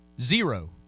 zero